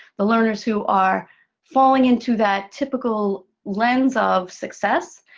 the learners who are falling into that typical lens of success,